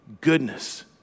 goodness